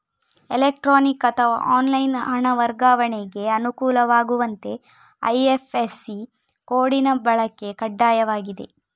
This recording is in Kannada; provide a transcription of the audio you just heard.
ಎಲೆಕ್ಟ್ರಾನಿಕ್ ಅಥವಾ ಆನ್ಲೈನ್ ಹಣ ವರ್ಗಾವಣೆಗೆ ಅನುಕೂಲವಾಗುವಂತೆ ಐ.ಎಫ್.ಎಸ್.ಸಿ ಕೋಡಿನ ಬಳಕೆ ಕಡ್ಡಾಯವಾಗಿದೆ